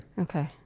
Okay